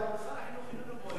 לא,